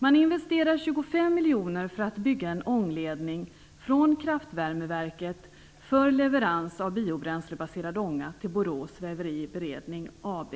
Man investerar 25 miljoner kronor i att bygga en ångledning från kraftvärmeverket för leverans av biobränslebaserad ånga till Borås Wäfveri Beredning AB,